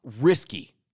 risky